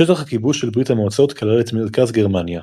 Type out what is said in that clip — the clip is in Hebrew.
שטח הכיבוש של ברית המועצות כלל את מרכז גרמניה.